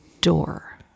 door